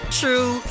true